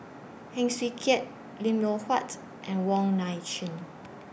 Heng Swee Keat Lim Loh Huat and Wong Nai Chin